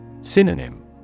Synonym